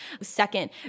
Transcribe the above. second